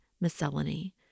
Miscellany